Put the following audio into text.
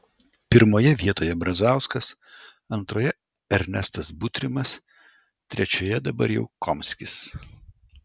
pirmoje vietoj brazauskas antroje ernestas butrimas trečioje dabar jau komskis